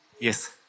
yes